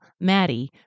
Maddie